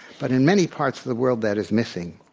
but in many parts of the world that is missing.